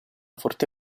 forte